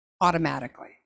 automatically